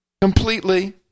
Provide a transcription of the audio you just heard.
Completely